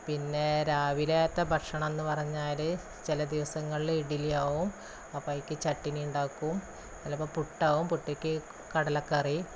പിന്നെ രാവിലത്തെ ഭക്ഷണം എന്നുപറഞ്ഞാല് ചില ദിവസങ്ങളില് ഇഡലി ആവും അപ്പോള് അയിക്ക് ചറ്റ്ണി ഉണ്ടാക്കും ചിലപ്പോള് പുട്ടാവും പുട്ടിക്ക് കടലക്കറി